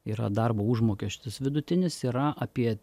yra darbo užmokestis vidutinis yra apie